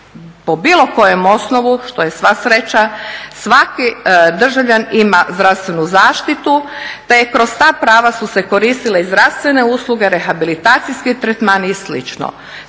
po bilo kojem osnovu, što je sva sreća, svaki državljanin ima zdravstvenu zaštitu te je kroz ta prava su se koristile i zdravstvene usluge, rehabilitacijski tretmani i